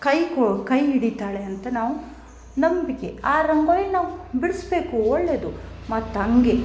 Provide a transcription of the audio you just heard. ಕೈಕೋ ಕೈ ಹಿಡೀತಾಳೆ ಅಂತ ನಾವು ನಂಬಿಕೆ ಆ ರಂಗೋಲಿನ ನಾವು ಬಿಡಿಸ್ಬೇಕು ಒಳ್ಳೇದು ಮತ್ತು ಹಂಗೆ